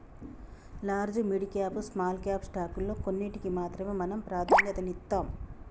large, mid cap, small cap స్టాకుల్లో కొన్నిటికి మాత్రమే మనం ప్రాధన్యతనిత్తాం